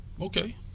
okay